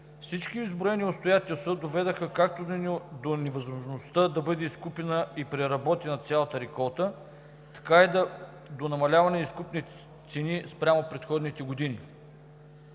Всички изброени обстоятелства доведоха както до невъзможността да бъде изкупена и преработена цялата реколта, така и до намаляване изкупните цени спрямо предходните години.